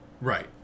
right